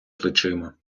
плечима